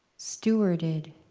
stewarded